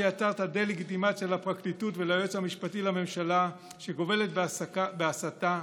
שיצרת דה-לגיטימציה לפרקליטות וליועץ המשפטי לממשלה שגובלת בהסתה,